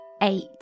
Eight